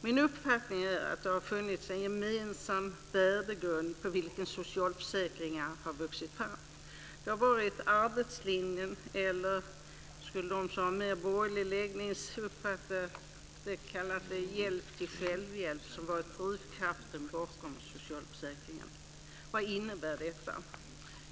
Min uppfattning är att det har funnits en gemensam värdegrund på vilken socialförsäkringarna har vuxit fram. Det har varit arbetslinjen, eller som de som har en mer borgerlig läggning har uppfattat det som - eller kallat för - hjälp till självhjälp, som har varit drivkraften bakom socialfösäkringarna. Vad innebär detta?